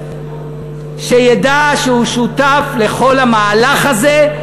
שידע שהוא שותף לכל המהלך הזה.